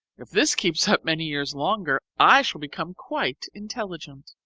if this keeps up many years longer, i shall become quite intelligent.